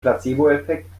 placeboeffekt